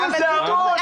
לא התכוונתי אחרת.